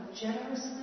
generously